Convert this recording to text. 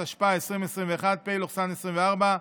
התשפ"א-2021, פ/1382/24,